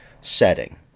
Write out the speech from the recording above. setting